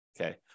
Okay